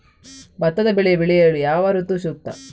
ಭತ್ತದ ಬೆಳೆ ಬೆಳೆಯಲು ಯಾವ ಋತು ಸೂಕ್ತ?